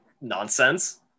nonsense